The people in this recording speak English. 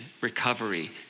recovery